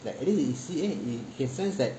that at least you see eh can sense that